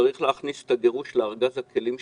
צריך להכניס את הגירוש לארגז הכלים שלנו.